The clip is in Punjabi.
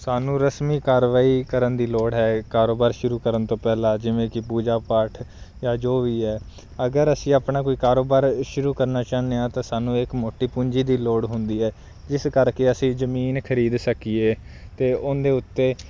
ਸਾਨੂੰ ਰਸਮੀ ਕਾਰਵਾਈ ਕਰਨ ਦੀ ਲੋੜ ਹੈ ਕਾਰੋਬਾਰ ਸ਼ੁਰੂ ਕਰਨ ਤੋਂ ਪਹਿਲਾਂ ਜਿਵੇਂ ਕਿ ਪੂਜਾ ਪਾਠ ਜਾਂ ਜੋ ਵੀ ਹੈ ਅਗਰ ਅਸੀਂ ਆਪਣਾ ਕੋਈ ਕਾਰੋਬਾਰ ਸ਼ੁਰੂ ਕਰਨਾ ਚਾਹੁੰਦੇ ਹਾਂ ਤਾਂ ਸਾਨੂੰ ਇੱਕ ਮੋਟੀ ਪੂੰਜੀ ਦੀ ਲੋੜ ਹੁੰਦੀ ਹੈ ਜਿਸ ਕਰਕੇ ਅਸੀਂ ਜਮੀਨ ਖਰੀਦ ਸਕੀਏ ਅਤੇ ਉਹਦੇ ਉੱਤੇ